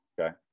Okay